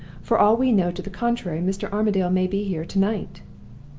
for all we know to the contrary, mr. armadale may be here to-night.